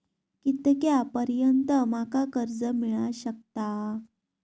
कितक्या पर्यंत माका कर्ज मिला शकता?